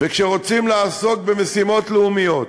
וכשרוצים לעסוק במשימות לאומיות,